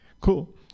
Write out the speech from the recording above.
cool